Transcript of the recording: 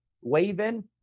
waving